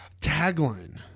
Tagline